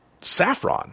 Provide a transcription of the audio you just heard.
saffron